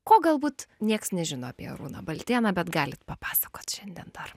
ko galbūt nieks nežino apie arūną baltėną bet galit papasakot šiandien dar